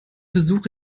besuch